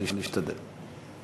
אני אשתדל.